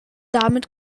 damit